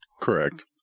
Correct